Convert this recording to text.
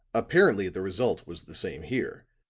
apparently the result was the same here,